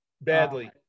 badly